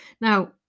Now